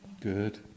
Good